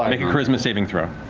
make a charisma saving throw,